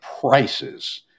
prices